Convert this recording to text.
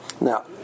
Now